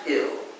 ill